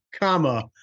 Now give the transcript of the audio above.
comma